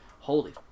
Holy